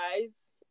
guys